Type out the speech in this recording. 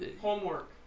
Homework